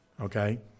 okay